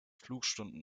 flugstunden